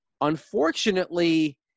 unfortunately